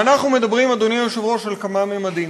ואנחנו מדברים, אדוני היושב-ראש, על כמה ממדים.